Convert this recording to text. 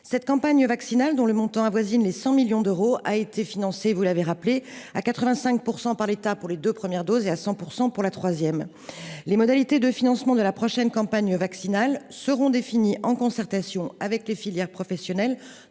Cette campagne vaccinale, dont le montant avoisine les 100 millions d’euros, est financée à 85 % par l’État pour les deux premières doses et à 100 % pour la troisième dose. Les modalités de financement de la prochaine campagne vaccinale seront définies dans les semaines à venir, en concertation avec les filières professionnelles.